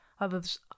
Others